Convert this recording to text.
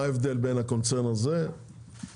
מה ההבדל בין הקונצרן הזה לאוסם?